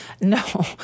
No